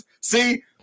See